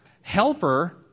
Helper